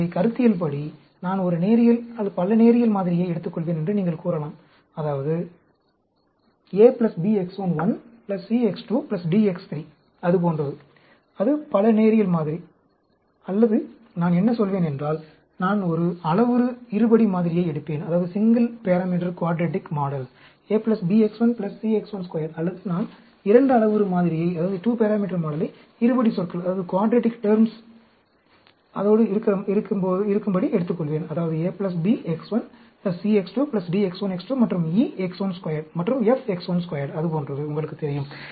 எனவே கருத்தியல்படி நான் ஒரு நேரியல் பல நேரியல் மாதிரியை எடுத்துக்கொள்வேன் என்று நீங்கள் கூறலாம் அதாவது a b X1 1 c X 2 d X3 அது போன்றது அது பல நேரியல் மாதிரி அல்லது நான் என்ன சொல்வேன் என்றால் நான் ஒரு அளவுரு இருபடி மாதிரியை எடுப்பேன் a b X1 c X 12 அல்லது நான் 2 அளவுரு மாதிரியை இருபடி சொற்களுடன் எடுத்துக்கொள்வேன் அதாவது a b X1 c X2 d X1 X2 மற்றும் e X12 மற்றும் f X12 அது போன்றது உங்களுக்குத் தெரியும்